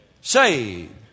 Saved